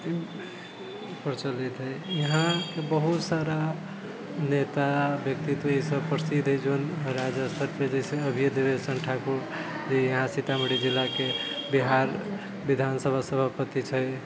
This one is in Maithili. प्रचलित है यहाँके बहुत सारा नेता व्यक्तित्व इसभ प्रसिद्ध अछि जौन राज्य स्तर पर जाहिसे अभियै देवेश चन्द्र ठाकुर जे यहाँ सीतामढ़ी जिलाके बिहार विधान सभा सभापति छै